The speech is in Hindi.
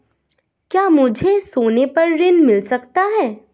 क्या मुझे सोने पर ऋण मिल सकता है?